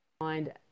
mind